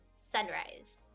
sunrise